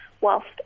whilst